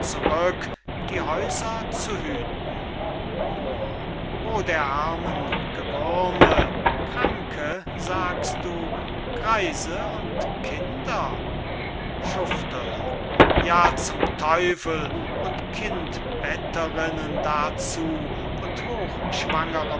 die häuser zu hüten moor oh der armen gewürme kranke sagst du greise und kinder schufterle ja zum teufel und kindbetterinnen darzu und